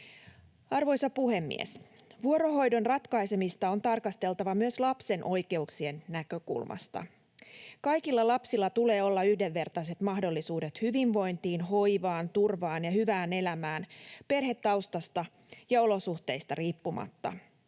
Arvoisa puhemies! Vuorohoidon ratkaisemista on tarkasteltava myös lapsen oikeuksien näkökulmasta. Kaikilla lapsilla tulee olla yhdenvertaiset mahdollisuudet hyvinvointiin, hoivaan, turvaan ja hyvään elämään perhetaustasta ja olosuhteista riippumatta.